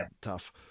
tough